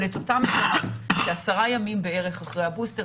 אבל כעשרה ימים בערך אחרי הבוסטר,